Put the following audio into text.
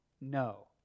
No